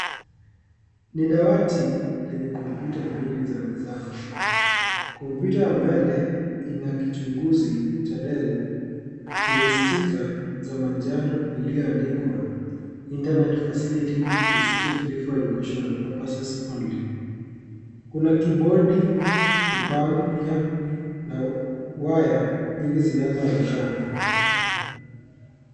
Ni dawati yenye kompyuta mbili za mezani. Kompyuta ya mbele ina kichunguzi cha Dell chenye sticker za manjano iliyoandikwa Internet facility is strictly for Educational purposes Only . Kuna kibodi, kipanya na waya nyingi zinazoonekana.